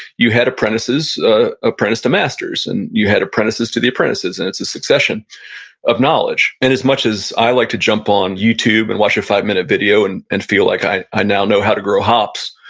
you had apprentices ah apprentice to masters, and you had apprentices to the apprentices and it's a succession of knowledge and as much as i like to jump on youtube, and watch a five minute video and and feel like i i now know how to grow hops,